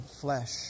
flesh